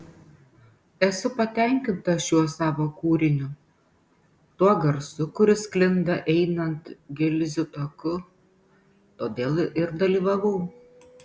esu patenkinta šiuo savo kūriniu tuo garsu kuris sklinda einant gilzių taku todėl ir dalyvavau